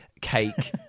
cake